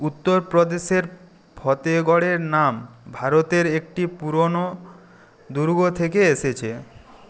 উত্তর প্রদেশের ফতেগড়ের নাম ভারতের একটি পুরোনো দুর্গ থেকে এসেছে